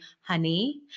honey